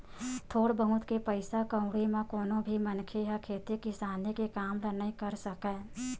थोर बहुत के पइसा कउड़ी म कोनो भी मनखे ह खेती किसानी के काम ल नइ कर सकय